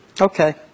Okay